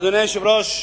אדוני היושב-ראש,